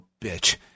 bitch